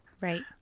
Right